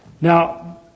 Now